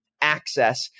access